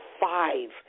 five